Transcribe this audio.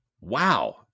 wow